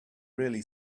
really